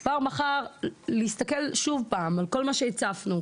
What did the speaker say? אז כבר מחר להסתכל שוב פעם על כל מה שהצפנו,